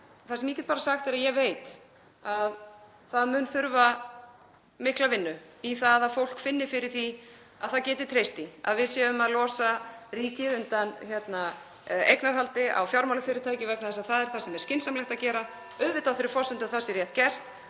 Það sem ég get bara sagt er að ég veit að það mun þurfa mikla vinnu þar til fólk finnur fyrir því að það geti treyst því að við séum að losa ríkið undan eignarhaldi á fjármálafyrirtækjum vegna þess að það er það sem er skynsamlegt að gera, (Forseti hringir.) auðvitað á þeirri forsendu að það sé rétt gert